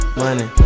money